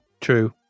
true